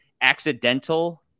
accidental